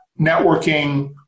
networking